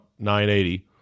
980